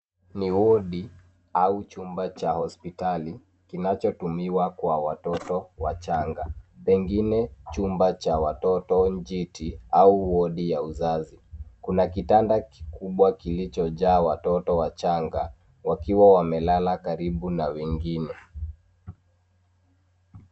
Ni wodi au chumba cha hospitali kinachotumiwa kwa watoto wachanga, pengine chumba cha watoto njiti au wodi ya uzazi. Kuna kitanda kikubwa kilichojaa watoto wachanga wakiwa wamelala karibu na wengine.